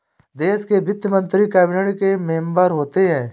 देश के वित्त मंत्री कैबिनेट के मेंबर होते हैं